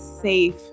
safe